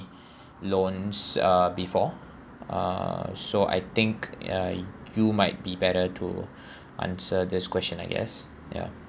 loans uh before uh so I think ya you might be better to answer this question I guess ya